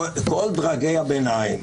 כל דרגי הביניים,